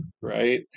right